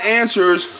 answers